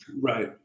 Right